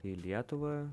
į lietuvą